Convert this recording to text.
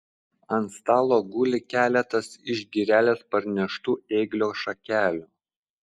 ant stalo guli keletas iš girelės parneštų ėglio šakelių